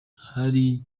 hari